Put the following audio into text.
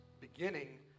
beginning